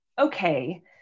Okay